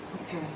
Okay